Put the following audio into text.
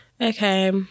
Okay